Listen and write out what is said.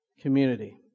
community